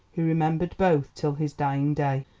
he remembered both till his dying day.